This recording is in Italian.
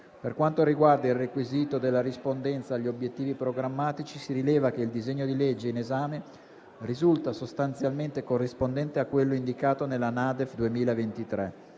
Per quanto riguarda il requisito della rispondenza agli obiettivi programmatici, si rileva che il disegno di legge in esame risulta sostanzialmente corrispondente a quello indicato nella NADEF 2023.